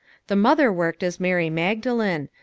the mother worked as mary magdalene,